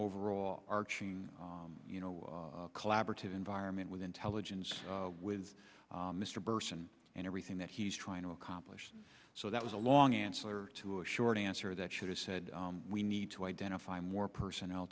overall arching you know collaborative environment with intelligence with mr bersin and everything that he's trying to accomplish so that was a long answer to a short answer that should have said we need to identify more personnel